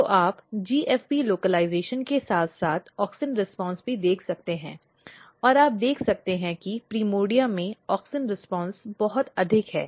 तो आप जीएफपी स्थानीयकरण के साथ साथ ऑक्सिन प्रतिक्रिया भी देख सकते हैं और आप देख सकते हैं कि प्राइमर्डिया में ऑक्सिन प्रतिक्रिया बहुत अधिक है